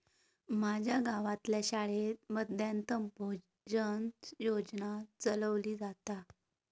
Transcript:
माज्या गावातल्या शाळेत मध्यान्न भोजन योजना चलवली जाता